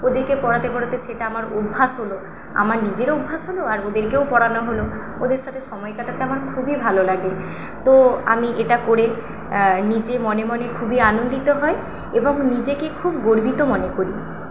ওদেরকে পড়াতে পড়াতে সেটা আমার অভ্যাস হল আমার নিজেরও অভ্যাস হল আর ওদেরকেও পড়ানো হল ওদের সাথে সময় কাটাতে আমার খুবই ভালো লাগে তো আমি এটা করে নিজে মনে মনে খুবই আনন্দিত হই এবং নিজেকে খুব গর্বিত মনে করি